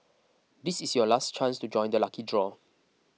this is your last chance to join the lucky draw